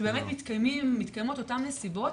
שבאמת מתקיימות אותן נסיבות,